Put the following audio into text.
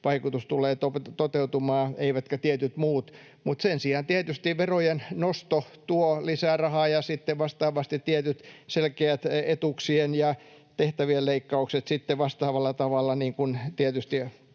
muut tulevat toteutumaan. Mutta sen sijaan tietysti verojen nosto tuo lisää rahaa, ja tietyt selkeät etuuksien ja tehtävien leikkaukset sitten vastaavalla tavalla